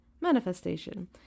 manifestation